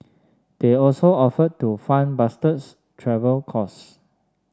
they also offered to fund Bastard's travel costs